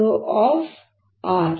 l j aEjlaE